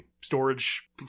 storage